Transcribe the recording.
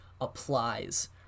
applies